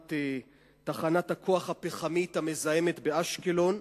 הקמת תחנת הכוח הפחמית המזהמת באשקלון,